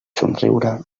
somriure